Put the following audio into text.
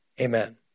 amen